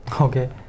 Okay